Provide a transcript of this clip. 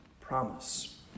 promise